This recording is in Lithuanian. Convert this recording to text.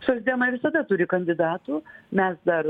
socdemai visada turi kandidatų mes dar